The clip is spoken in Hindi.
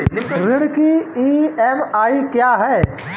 ऋण की ई.एम.आई क्या है?